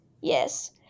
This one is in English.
Yes